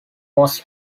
was